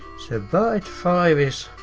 so byte five is